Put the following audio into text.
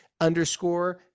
underscore